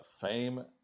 Fame